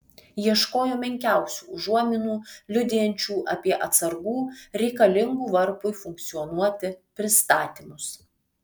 ieškojo menkiausių užuominų liudijančių apie atsargų reikalingų varpui funkcionuoti pristatymus